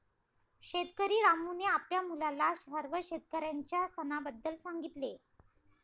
शेतकरी रामूने आपल्या मुलाला सर्व शेतकऱ्यांच्या सणाबद्दल सांगितले